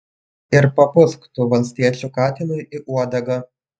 ir papūsk tu valstiečių katinui į uodegą